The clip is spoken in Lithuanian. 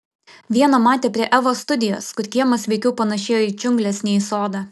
vieną matė prie evos studijos kur kiemas veikiau panėšėjo į džiungles nei į sodą